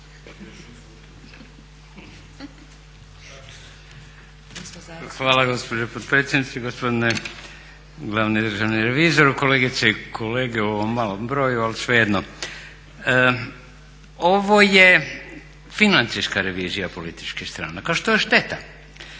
Hvala gospođo potpredsjednice, gospodine glavni državni revizoru, kolegice i kolege u ovom malom broju, ali svejedno. Ovo je financijska revizija političkih stranaka što je šteta.